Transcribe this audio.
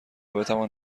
بتوان